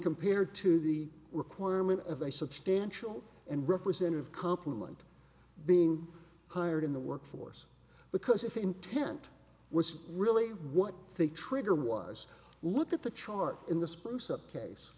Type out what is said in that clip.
compared to the requirement of a substantial and representative complement being hired in the workforce because if the intent was really what think trigger was look at the chart in the spruce up case